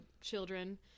children